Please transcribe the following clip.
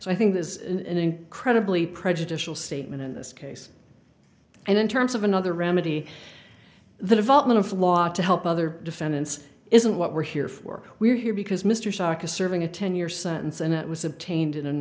so i think this is an incredibly prejudicial statement in this case and in terms of another remedy the development of law to help other defendants isn't what we're here for we're here because mr sarkozy serving a ten year sentence and it was obtained in an